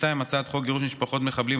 2. הצעת חוק גירוש משפחות מחבלים,